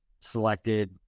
selected